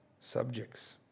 subjects